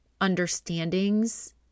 understandings